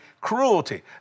cruelty